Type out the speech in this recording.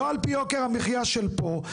לא על פי יוקר המחיה של פה,